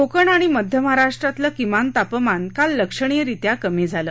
कोकण आणि मध्य महाराष्ट्रातलं किमान तापमान काल लक्षणीयरीत्या कमी झालं